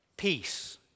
Peace